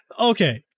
okay